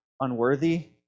unworthy